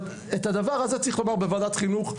את הדבר הזה צריך לומר בוועדת חינוך.